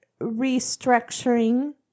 restructuring